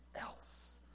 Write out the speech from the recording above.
else